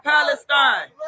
Palestine